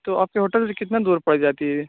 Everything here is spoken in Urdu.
تو آپ کے ہوٹل سے کتنا دور پڑ جاتی ہے یہ